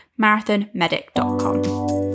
marathonmedic.com